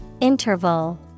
Interval